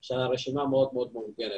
יש לנו רשימה מאוד מאוד מאורגנת.